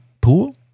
Pool